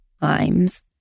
times